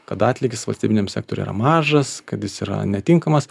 kad atlygis valstybiniam sektoriui yra mažas kad jis yra netinkamas